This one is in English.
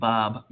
Bob